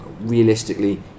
Realistically